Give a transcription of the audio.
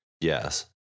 Yes